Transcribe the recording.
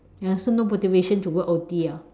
ya so no motivation to work O_T orh